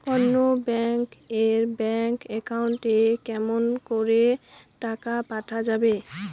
অন্য ব্যাংক এর bank account এ কেমন করে টাকা পাঠা যাবে?